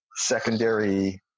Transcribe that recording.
secondary